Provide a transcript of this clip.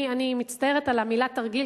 אני מצטערת על המלה "תרגיל",